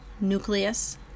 nucleus